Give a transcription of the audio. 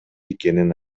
экенин